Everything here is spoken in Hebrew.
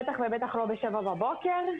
בטח ובטח לא ב-7:00 בבוקר.